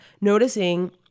noticing